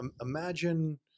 imagine